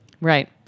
Right